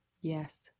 Yes